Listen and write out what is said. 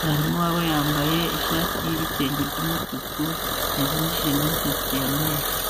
Mwarimu wabo yambaye ishati y'ibitenge by'umutuku, yazingishije n'imisatsi ya meshi.